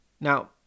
Now